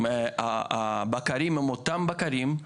הבקרים הם אותם בקרים,